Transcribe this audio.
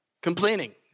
complaining